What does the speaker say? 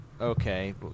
okay